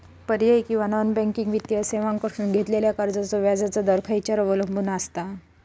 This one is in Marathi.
पर्यायी किंवा नॉन बँकिंग वित्तीय सेवांकडसून घेतलेल्या कर्जाचो व्याजाचा दर खेच्यार अवलंबून आसता?